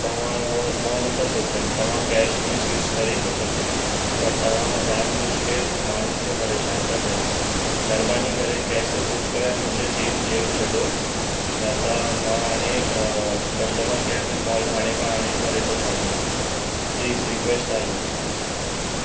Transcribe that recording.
तव्हां उहा उहा नथा सोचनि तव्हां कैश में स्विच करी थो सघे बट तव्हां जानबुज के माण्हुनि खे परेशान था कयो महिरबानी करे कैश ते स्विच कयो ऐं मुंहिंजो चेंज ॾेई छॾो न त मां हाणे कस्टमर केयर में कॉल हाणे खां हाणे ई कर थो छॾियां प्लीस रिक्वेस्ट आहे इहो